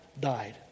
died